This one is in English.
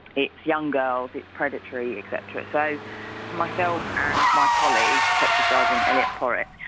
it's young girls, it's predatory, et cetera. so myself and my colleague, detective sergeant eliot porritt,